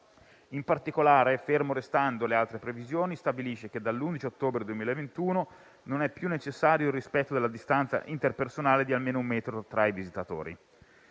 In particolare, fermo restando le altre previsioni, stabilisce che dall'11 ottobre 2021 non è più necessario il rispetto della distanza interpersonale di almeno un metro tra i visitatori.